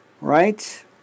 right